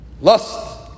lust